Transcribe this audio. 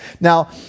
Now